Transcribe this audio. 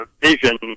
vision